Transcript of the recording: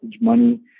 money